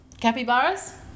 Capybaras